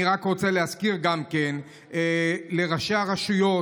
אני רק רוצה להזכיר לראשי הרשויות,